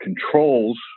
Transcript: controls